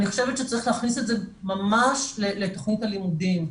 אני חושבת שצריך להכניס את זה ממש לתכנית הלימודים,